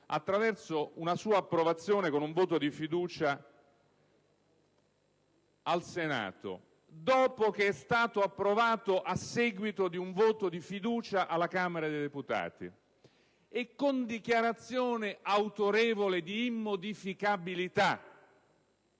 attraverso una sua approvazione con un voto di fiducia al Senato, dopo che è stato approvato a seguito di un voto di fiducia alla Camera dei deputati, con dichiarazioni autorevoli di immodificabilità